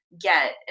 get